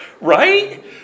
Right